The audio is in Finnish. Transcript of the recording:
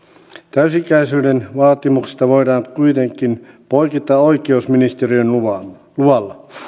täysi ikäisyyden vaatimuksesta voidaan kuitenkin poiketa oikeusministeriön luvalla luvalla